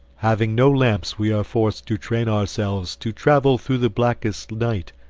having no lamps we are forced to train ourselves to travel through the blackest night,